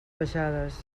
baixades